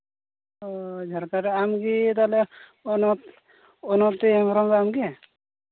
ᱚ ᱡᱷᱟᱲᱠᱷᱚᱸᱰ ᱨᱮ ᱟᱢ ᱜᱮ ᱛᱟᱦᱚᱞᱮ ᱚᱱᱚᱛ ᱚᱱᱚᱛᱤ ᱦᱮᱢᱵᱨᱚᱢ ᱫᱚ ᱟᱢ ᱜᱮ